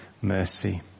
mercy